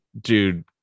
Dude